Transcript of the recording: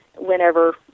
whenever